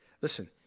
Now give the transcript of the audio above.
Listen